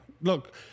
Look